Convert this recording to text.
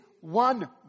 one